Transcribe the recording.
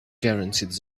guaranteed